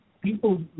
people